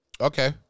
okay